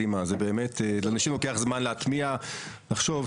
לאנשים לוקח זמן להתמיע ולחשוב.